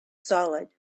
solid